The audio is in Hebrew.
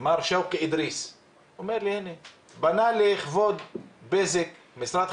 מר שאוקי אידריס שהוא פנה למשרד החינוך,